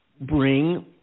bring